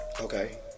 Okay